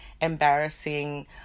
embarrassing